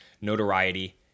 notoriety